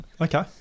Okay